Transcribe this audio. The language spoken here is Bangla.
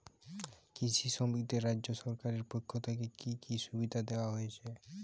কৃষি শ্রমিকদের রাজ্য সরকারের পক্ষ থেকে কি কি সুবিধা দেওয়া হয়েছে?